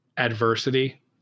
adversity